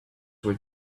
were